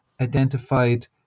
identified